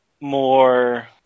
more